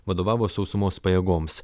vadovavo sausumos pajėgoms